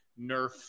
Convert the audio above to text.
Nerf